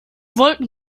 wollten